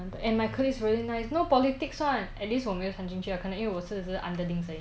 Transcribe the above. and my colleagues really nice no politics [one] at least 我没有参进去 lah 可能因为我是只是 underlings 而已